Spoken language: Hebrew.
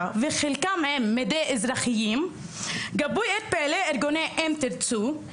וחלקם במדים אזרחיים גיבו את פעילי ארגוני "אם תרצו"